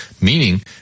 meaning